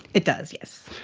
it does, yes.